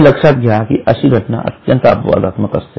हे लक्षात घ्या की अशी घटना अत्यंत अपवादात्मक असते